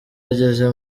ageze